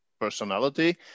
personality